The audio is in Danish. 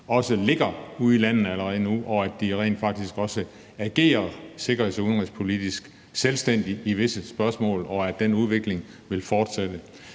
nu ligger ude i landene, og at de også agerer sikkerheds- og udenrigspolitisk selvstændigt i visse spørgsmål, og at den udvikling vil fortsætte.